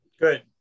good